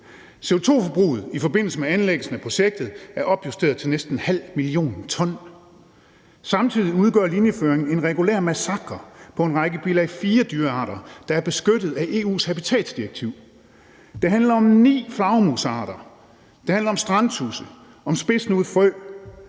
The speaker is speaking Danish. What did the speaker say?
CO2-forbruget i forbindelse med anlæggelsen af projektet er opjusteret til næsten 0,5 mio. t. Samtidig udgør linjeføringen en regulær massakre på en række bilag IV-dyrearter, der er beskyttet af EU's habitatdirektiv. Det handler om ni flagermusarter; det handler om strandtudse; det handler